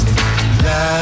love